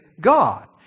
God